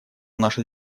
наша